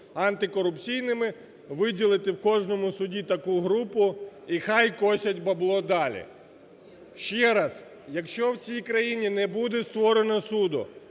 антикорупційними, виділити в кожному суді таку групу і хай косять бабло далі. Ще раз, якщо в цій країні не буде створено суду,